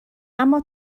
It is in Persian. اما